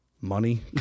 money